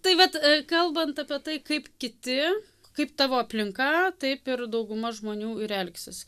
tai vat kalbant apie tai kaip kiti kaip tavo aplinka taip ir dauguma žmonių ir elgsis